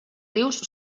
rius